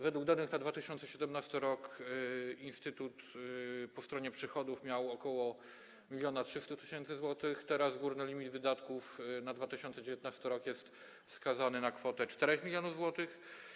Według danych na 2017 r. instytut po stronie przychodów miał ok. 1300 tys. zł, teraz górny limit wydatków na 2019 r. jest wskazany na kwotę 4 mln zł.